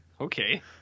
Okay